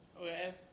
Okay